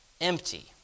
empty